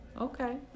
Okay